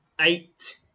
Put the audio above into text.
Eight